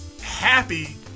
Happy